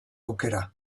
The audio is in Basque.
aukera